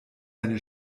eine